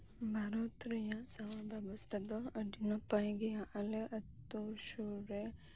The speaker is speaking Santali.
ᱵᱷᱟᱨᱚᱛ ᱨᱮᱭᱟᱜ ᱥᱟᱶᱟᱨ ᱵᱮᱵᱚᱥᱛᱷᱟ ᱫᱚ ᱟᱹᱰᱤ ᱱᱟᱯᱟᱭ ᱜᱮᱭᱟ ᱟᱞᱮ ᱟᱹᱛᱩ ᱥᱩᱨᱨᱮ